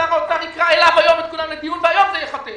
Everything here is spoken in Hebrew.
שר האוצר יקרא את כולם היום לדיון וזה ייחתם.